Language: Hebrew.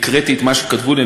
הקראתי את מה שכתבו לי.